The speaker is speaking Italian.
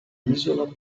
isola